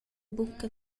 bucca